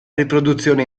riproduzione